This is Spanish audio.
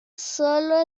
sólo